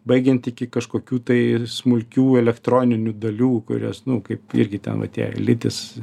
baigiant iki kažkokių tai smulkių elektroninių dalių kurios nu kaip irgi ten va tie litis